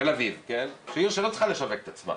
תל אביב, זו עיר שלא צריכה לשווק את עצמה